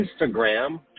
Instagram